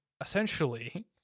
essentially